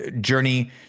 journey